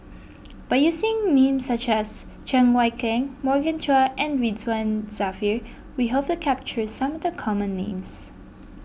by using names such as Cheng Wai Keung Morgan Chua and Ridzwan Dzafir we hope to capture some of the common names